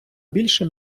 більше